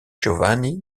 giovanni